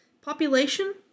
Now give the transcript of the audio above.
Population